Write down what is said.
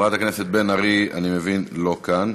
חברת הכנסת בן ארי, אני מבין שהיא לא כאן.